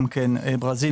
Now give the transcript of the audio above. ברזיל,